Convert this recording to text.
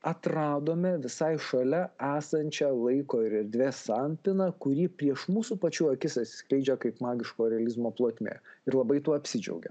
atradome visai šalia esančią laiko ir erdvės sampyną kuri prieš mūsų pačių akis atsiskleidžia kaip magiško realizmo plotmė ir labai tuo apsidžiaugėm